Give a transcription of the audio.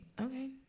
Okay